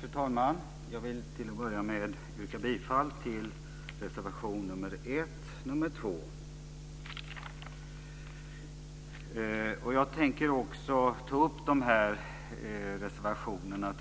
Fru talman! Jag vill till att börja med yrka bifall till reservationerna nr 1 och nr 2. Jag tänker ta upp de här reservationerna